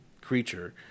creature